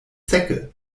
zecke